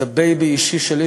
זה בייבי אישי שלי,